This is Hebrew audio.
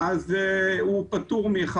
הוא פטור מ-1,